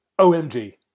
OMG